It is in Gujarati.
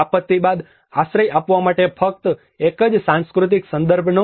આપત્તિ બાદ આશ્રય આપવા માટે ફક્ત એક જ સાંસ્કૃતિક સંદર્ભ નહોતો